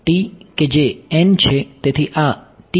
તેથી આ જેવું જ છે